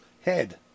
head